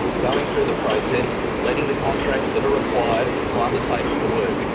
going through the process, letting the contracts that are required to undertake the work.